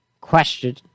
Question